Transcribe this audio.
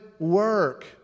work